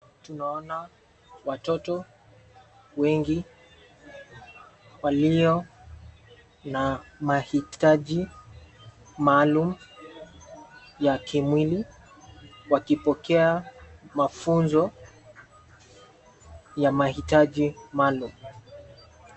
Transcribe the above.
Tunaona watoto wengi walio na mahitaji maalum ya kimwili, wakipokea mafunzo ya mahitaji maalum.